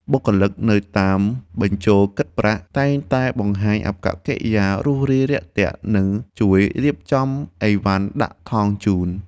បុគ្គលិកនៅតាមបញ្ជរគិតប្រាក់តែងតែបង្ហាញអាកប្បកិរិយារួសរាយរាក់ទាក់និងជួយរៀបចំអីវ៉ាន់ដាក់ថង់ជូន។